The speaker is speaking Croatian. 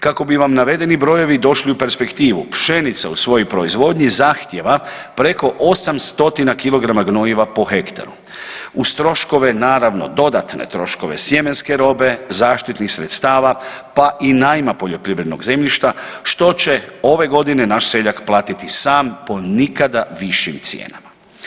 Kako bi vam navedeni brojevi došli u perspektivu pšenica u svojoj proizvodnji zahtjeva preko 800 kg gnojiva po hektaru uz troškove naravno dodatne troškove sjemenske robe, zaštitnih sredstava pa i najma poljoprivrednog zemljišta što će ove godine naš seljak platiti sam po nikada višim cijenama.